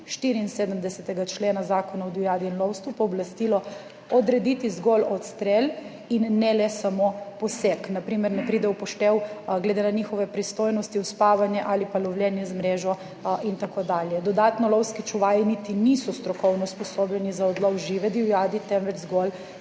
74. člena Zakona o divjadi in lovstvu pooblastilo odrediti zgolj odstrel in ne le samo poseg. Na primer, ne pride v poštev glede na njihove pristojnosti uspavanje ali pa lovljenje z mrežo in tako dalje. Dodatno lovski čuvaji niti niso strokovno usposobljeni za odlov žive divjadi, temveč zgolj